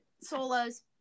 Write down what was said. solos